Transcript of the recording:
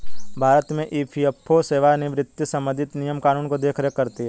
भारत में ई.पी.एफ.ओ सेवानिवृत्त से संबंधित नियम कानून की देख रेख करती हैं